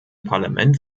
parlament